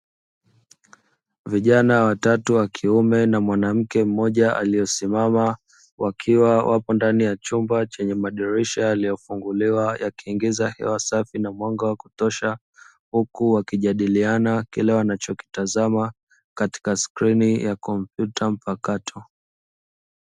Vijana watatu wa kiume na mwanamke mmoja aliyesimama wakiwa wapo ndani ya chumba chenye madirisha yaliyofunguliwa yakiingiza hewa safi na mwanga wa kutosha, huku wakijadiliana kile wanachokitazama katika skrini ya kompyuta mpakato.